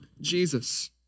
Jesus